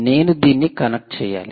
నేను దీన్ని కనెక్ట్ చేయాలి